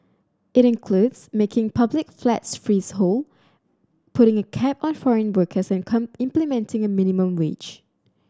it includes making public flats freehold putting a cap on foreign workers and implementing a minimum wage